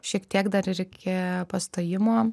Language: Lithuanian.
šiek tiek dar ir iki pastojimo